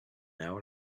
hour